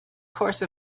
course